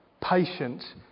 Patient